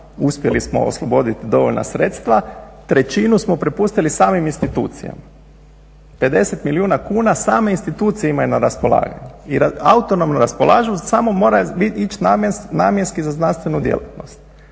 uspjeli smo osloboditi dovoljna sredstva, trećinu smo prepustili samim institucijama. 50 milijuna kuna same institucije imaju na raspolaganju i autonomno raspolažu, samo mora ići namjenski za znanstvenu djelatnost.